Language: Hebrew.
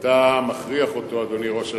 ואתה מכריח אותו, אדוני ראש הממשלה,